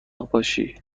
باشی